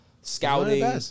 scouting